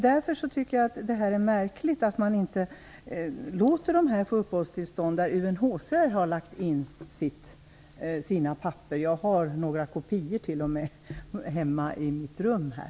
Därför tycker jag att det är märkligt att man inte låter dessa få uppehållstillstånd när även UNHCR har lämnat sina papper.